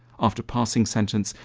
after passing sentence,